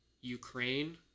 Ukraine